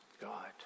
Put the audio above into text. God